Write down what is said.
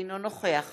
אינו נוכח